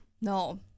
No